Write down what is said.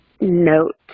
note